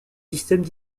systèmes